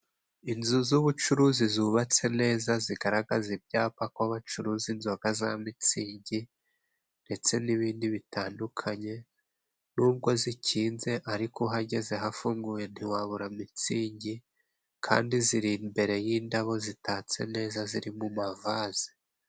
Inzu z'ubucuruzi zubatse neza， zigaragaza ibyapa ko bacuruza inzoga za mitsingi，ndetse n'ibindi bitandukanye，n’ubwo zikinze ariko uhageze hafunguye，ntiwabura mitsingi，kandi ziri imbere y'indabo zitatse neza， ziri mu mavaze.